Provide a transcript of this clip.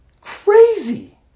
Crazy